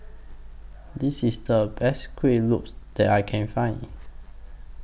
This IS The Best Kuih Lopes that I Can Find